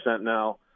now